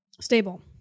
Stable